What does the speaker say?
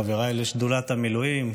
חבריי לשדולת המילואים,